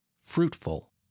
fruitful